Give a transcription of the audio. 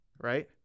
Right